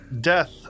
death